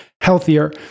healthier